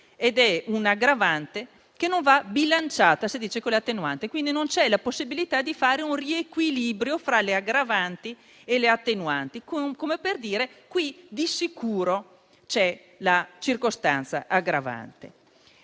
è un'aggravante che non va bilanciata con le attenuanti, quindi non c'è la possibilità di fare un riequilibrio fra le aggravanti e le attenuanti, come per dire che in questi casi di sicuro si applica la circostanza aggravante.